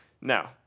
Now